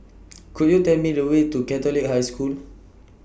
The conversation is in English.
Could YOU Tell Me The Way to Catholic High School